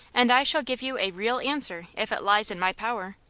and i shall give you a real answer if it lies in my power.